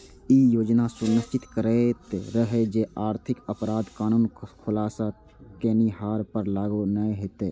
ई योजना सुनिश्चित करैत रहै जे आर्थिक अपराध कानून खुलासा केनिहार पर लागू नै हेतै